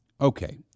Okay